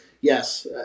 yes